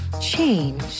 change